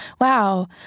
wow